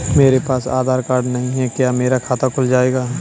मेरे पास आधार कार्ड नहीं है क्या मेरा खाता खुल जाएगा?